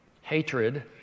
Hatred